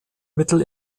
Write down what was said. mittel